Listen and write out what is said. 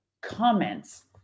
comments